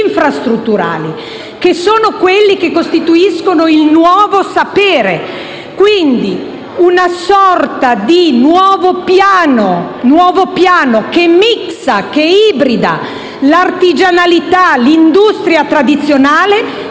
infrastrutturali, che sono quelli che costituiscono il nuovo sapere. Penso pertanto a una sorta di nuovo piano che ibrida l'artigianalità, l'industria tradizionale